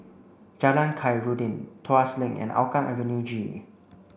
Jalan Khairuddin Tuas Link and Hougang Avenue G